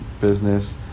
business